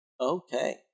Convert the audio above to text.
Okay